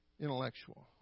intellectual